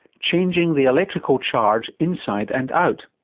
changing the electrical charge inside and out.